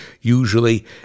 Usually